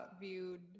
viewed